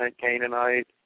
Canaanite